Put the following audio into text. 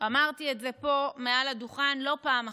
אמרתי את זה פה מעל הדוכן לא פעם אחת.